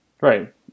Right